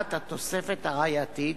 בשאלת התוספת הראייתית,